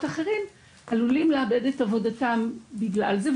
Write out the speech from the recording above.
אחרים עלולים לאבד את עבודתם בגלל זה,